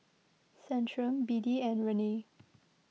Centrum B D and Rene